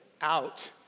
out